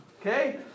okay